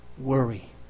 worry